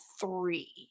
three